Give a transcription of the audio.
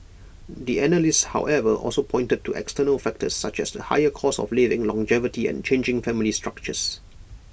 the analysts however also pointed to external factors such as the higher cost of living longevity and changing family structures